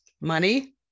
money